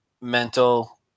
mental